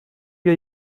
wir